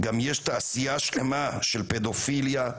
גם יש תעשייה שלמה של פדופיליה,